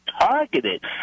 targeted